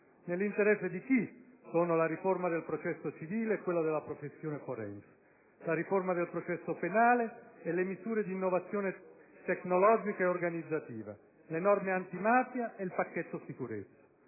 Nell'interesse di chi sono la riforma del processo civile e quella della professione forense, la riforma del processo penale e le misure di innovazione tecnologica e organizzativa, le norme antimafia e il pacchetto sicurezza?